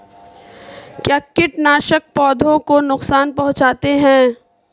क्या कीटनाशक पौधों को नुकसान पहुँचाते हैं?